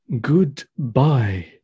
Goodbye